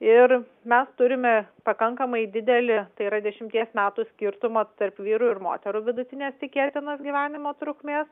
ir mes turime pakankamai didelį tai yra dešimties metų skirtumą tarp vyrų ir moterų vidutinės tikėtinos gyvenimo trukmės